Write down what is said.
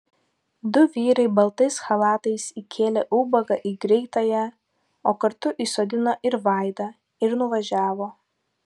du vyrai baltais chalatais įkėlė ubagą į greitąją o kartu įsodino ir vaidą ir nuvažiavo